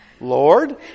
Lord